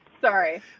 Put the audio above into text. Sorry